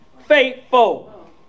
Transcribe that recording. faithful